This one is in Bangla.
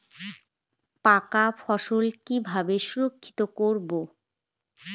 পাকা ফসল কিভাবে সংরক্ষিত করব?